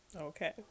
Okay